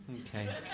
okay